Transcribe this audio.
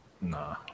Nah